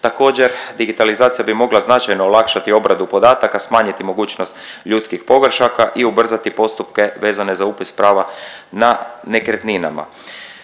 Također, digitalizacija bi mogla značajno olakšati obradu podataka, smanjiti mogućnost ljudskih pogrešaka i ubrzati postupke vezane za upis prava na nekretninama.